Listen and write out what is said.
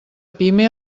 pime